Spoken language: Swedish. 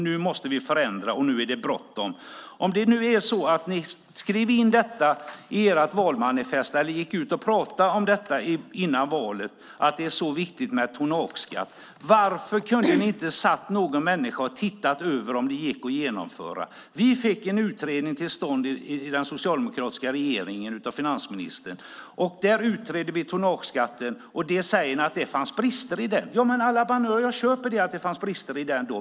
Nu måste vi förändra, och nu är det bråttom. Om ni nu skrev in detta i ert valmanifest eller gick ut och pratade om detta före valet, att det är så viktigt med tonnageskatt, varför kunde ni inte ha tillsatt någon människa för att titta över om det gick att genomföra? Vi fick en utredning till stånd i den socialdemokratiska regeringen, av finansministern. Där utredde vi tonnageskatten, ni säger att det fanns brister i den. À la bonne heure, jag köper att det fanns brister i den.